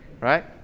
right